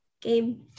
game